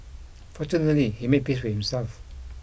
fortunately he made peace with himself